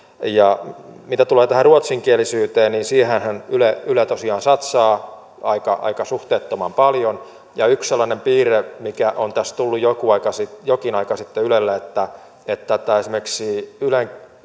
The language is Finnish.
mitä tulee tähän ruotsinkielisyyteen niin siihenhän yle tosiaan satsaa aika aika suhteettoman paljon yhtä sellaista piirrettä mikä on tässä tullut jokin aika sitten ylelle että esimerkiksi ylen